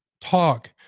talk